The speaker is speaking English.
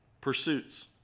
pursuits